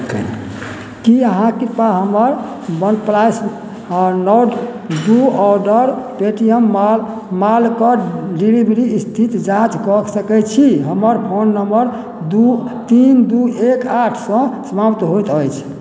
की अहाँ कृपया हमर वन प्लस नोर्ड दू order Paytm Mall मालके डिलीवरी स्थिति जाँच कऽ सकैत छी हमर फोन नम्बर दू तीन दू एक आठसँ समाप्त होइत अछि